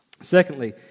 Secondly